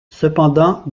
cependant